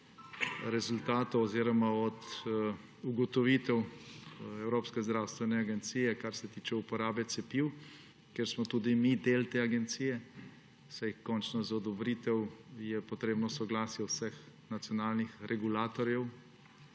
odvisna od ugotovitev Evropske agencije za zdravila, kar se tiče uporabe cepiv, ker smo tudi mi del te agencije. Saj končno je za odobritev potrebno soglasje vseh nacionalnih regulatorjev.